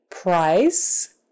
price